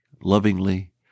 Lovingly